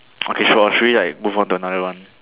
okay so ah should we like move on to another one